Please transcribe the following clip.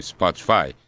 Spotify